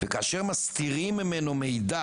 וכאשר מסתירים ממנו מידע,